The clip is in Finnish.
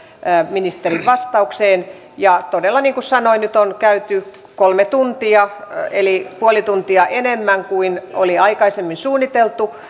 ministerin vastaukseen ja todella niin kuin sanoin nyt on käyty keskustelua kolme tuntia eli puoli tuntia enemmän kuin oli aikaisemmin suunniteltu